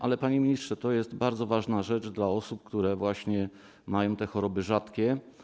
Ale, panie ministrze, to jest bardzo ważna rzecz dla osób, które mają choroby rzadkie.